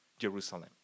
Jerusalem